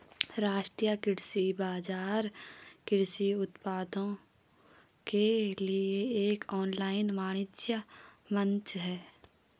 राष्ट्रीय कृषि बाजार कृषि उत्पादों के लिए एक ऑनलाइन वाणिज्य मंच है